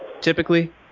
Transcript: Typically